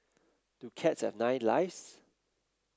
do cats have nine lives